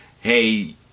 hey